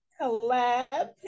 Collab